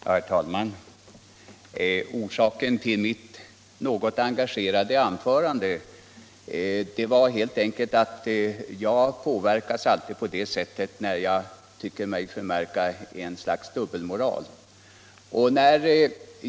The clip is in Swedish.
Herr talman! Orsaken till mitt något engagerade anförande var helt enkelt att jag alltid påverkas på det sättet när jag tycker mig märka dubbelmoral.